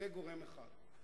זה גורם אחד.